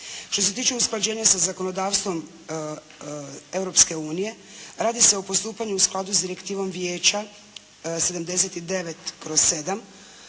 Što se tiče usklađenja sa zakonodavstvom Europske unije radi se o postupanju u skladu s direktivom vijeća 79/7